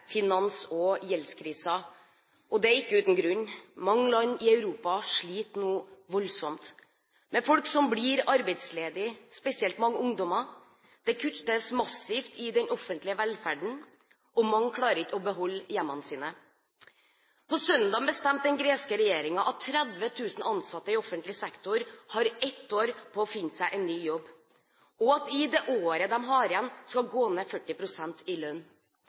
finans- og gjeldskrisen, og det er ikke uten grunn. Mange land i Europa sliter nå voldsomt – med folk som blir arbeidsledige, spesielt mange ungdommer, det kuttes massivt i den offentlige velferden, og mange klarer ikke å beholde hjemmene sine. På søndag bestemte den greske regjeringen at 30 000 ansatte i offentlig sektor har ett år på å finne seg en ny jobb, og at de i det året de har igjen, skal gå ned 40 pst. i lønn.